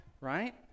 right